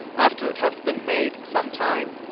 after it hath beene made some time,